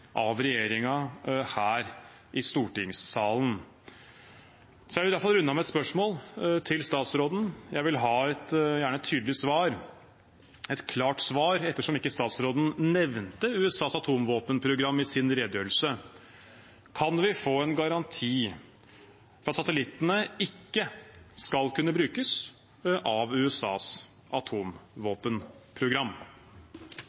av regjeringen her i stortingssalen. Jeg vil derfor runde av med et spørsmål til statsråden, og jeg vil gjerne ha et tydelig og klart svar, ettersom statsråden ikke nevnte USAs atomvåpenprogram i sin redegjørelse: Kan vi få en garanti for at satellittene ikke skal kunne brukes av USAs